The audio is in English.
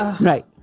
Right